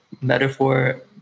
metaphor